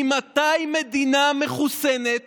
ממתי מדינה מחוסנת